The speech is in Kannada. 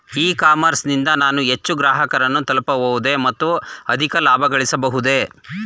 ಇ ಕಾಮರ್ಸ್ ನಿಂದ ನಾನು ಹೆಚ್ಚು ಗ್ರಾಹಕರನ್ನು ತಲುಪಬಹುದೇ ಮತ್ತು ಅಧಿಕ ಲಾಭಗಳಿಸಬಹುದೇ?